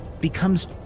becomes